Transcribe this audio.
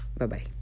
Bye-bye